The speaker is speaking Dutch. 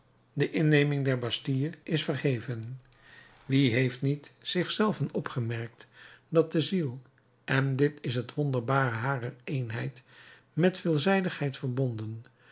de inneming der bastille is verheven wie heeft niet bij zich zelven opgemerkt dat de ziel en dit is het wonderbare harer eenheid met veelzijdigheid verbonden de